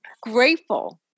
grateful